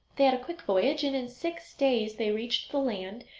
they had a quick voyage, and in six days they reached the land,